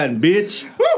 bitch